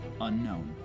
Unknown